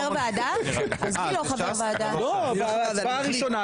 זאת הצבעה ראשונה,